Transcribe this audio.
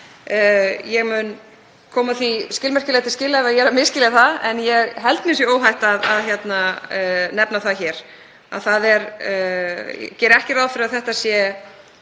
Ég mun koma því skilmerkilega til skila ef ég er að misskilja það, en ég held mér sé óhætt að nefna það hér. Ég geri ekki ráð fyrir að þetta sé